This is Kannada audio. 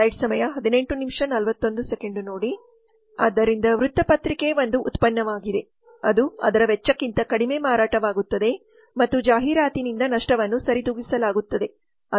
ಆದ್ದರಿಂದ ವೃತ್ತಪತ್ರಿಕೆ ಒಂದು ಉತ್ಪನ್ನವಾಗಿದೆ ಅದು ಅದರ ವೆಚ್ಚಕ್ಕಿಂತ ಕಡಿಮೆ ಮಾರಾಟವಾಗುತ್ತದೆ ಮತ್ತು ಜಾಹೀರಾತಿನಿಂದ ನಷ್ಟವನ್ನು ಸರಿದೂಗಿಸಲಾಗುತ್ತದೆ